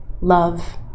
love